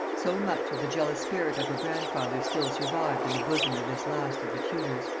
so much of the jealous spirit of her grandfather still survived in the bosom of this last of the tudors!